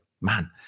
man